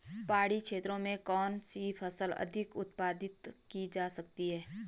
पहाड़ी क्षेत्र में कौन सी फसल अधिक उत्पादित की जा सकती है?